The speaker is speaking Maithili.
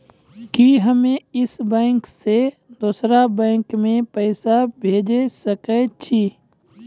कि हम्मे इस बैंक सें दोसर बैंक मे पैसा भेज सकै छी?